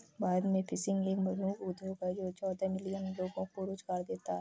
भारत में फिशिंग एक प्रमुख उद्योग है जो चौदह मिलियन लोगों को रोजगार देता है